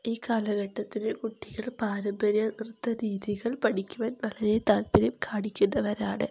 ഈ കാലഘട്ടത്തിൽ കുട്ടികൾ പാരമ്പര്യ നൃത്ത രീതികൾ പഠിക്കുവാൻ വളരെ താല്പര്യം കാണിക്കുന്നവരാണ്